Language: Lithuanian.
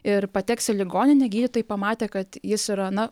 ir pateks į ligoninę gydytojai pamatę kad jis yra na